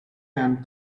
and